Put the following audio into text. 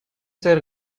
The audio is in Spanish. ser